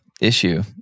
issue